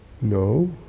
No